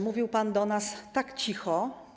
Mówił pan do nas tak cicho.